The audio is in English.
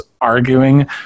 arguing